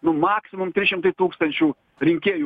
nu maksimum trys šimtai tūkstančių rinkėjų